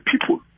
people